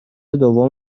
دوم